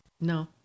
No